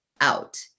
out